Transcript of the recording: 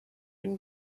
been